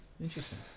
Interesting